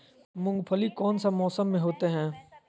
मूंगफली कौन सा मौसम में होते हैं?